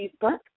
Facebook